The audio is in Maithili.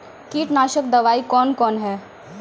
कीटनासक दवाई कौन कौन हैं?